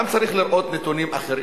צריך גם לראות נתונים אחרים.